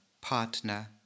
partner